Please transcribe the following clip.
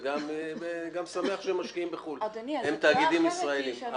וגם שמח שהם משקיעים בחו"ל והם תאגידים ישראליים.